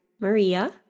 Maria